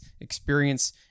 experience